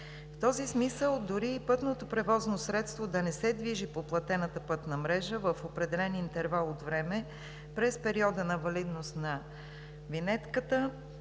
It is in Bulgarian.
В този смисъл, дори и пътното превозно средство да не се движи по платената пътна мрежа в определен интервал от време през периода на валидност на винетката,